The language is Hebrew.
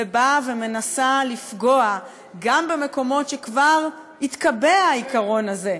ובאה ומנסה לפגוע גם במקומות שבהם כבר התקבע העיקרון הזה.